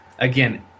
Again